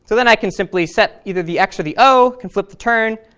so then i can simply set either the x or the o, can flip the turn,